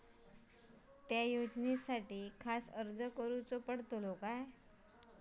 त्या योजनासाठी खास अर्ज करूचो पडता काय?